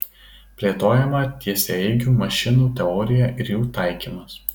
plėtojama tiesiaeigių mašinų teorija ir jų taikymas